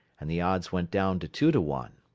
and the odds went down to two to one.